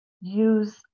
Use